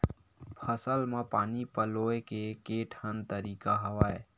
फसल म पानी पलोय के केठन तरीका हवय?